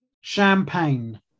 Champagne